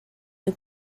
for